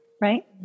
Right